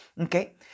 Okay